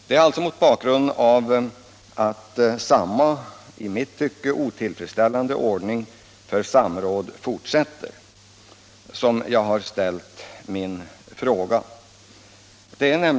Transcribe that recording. Det är alltså mot bakgrunden av att samma — i mitt tycke otillfredsställande — ordning för samråd fortsätter som jag har ställt min fråga.